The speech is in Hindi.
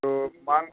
तो मान